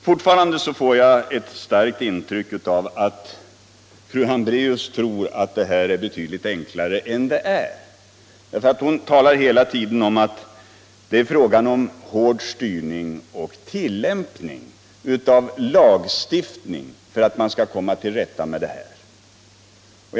Fortfarande har jag ett starkt intryck av att fru Hambraeus tror att det här är betydligt enklare än det är. Hon talar hela tiden om att det är fråga om en hård styrning och tillämpning av lagstiftningen för att man skall komma till rätta med problemen.